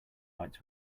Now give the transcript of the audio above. lights